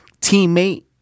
teammate